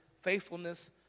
faithfulness